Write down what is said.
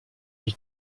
est